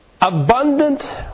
abundant